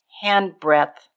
handbreadth